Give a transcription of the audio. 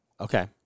okay